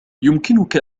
يمكنك